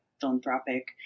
philanthropic